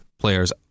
players